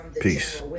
Peace